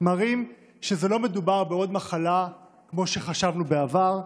מראים שלא מדובר במחלה כמו שחשבנו בעבר,